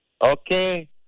Okay